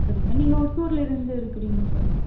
சரிங்க நீங்கள் ஒசூரில் எங்கே இருக்குறிங்கன்னு சொன்னிங்க